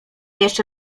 jeszcze